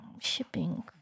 shipping